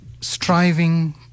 striving